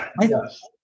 Yes